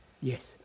yes